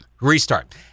restart